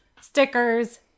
stickers